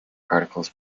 particles